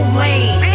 lane